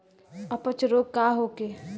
अपच रोग का होखे?